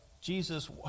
Jesus